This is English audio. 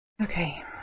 Okay